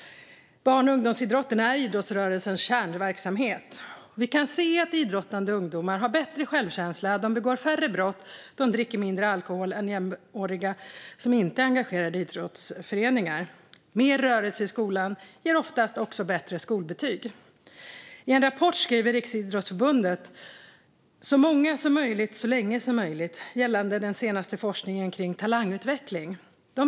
Barn och ungdomsidrotten är idrottsrörelsens kärnverksamhet. Vi kan se att idrottande ungdomar har bättre självkänsla. De begår färre brott och dricker mindre alkohol än jämnåriga som inte är engagerade i idrottsföreningar. Mer rörelse i skolan ger oftast också bättre skolbetyg. I en rapport skriver Riksidrottsförbundet "så många som möjligt, så länge som möjligt" gällande den senaste forskningen om talangutveckling.